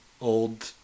old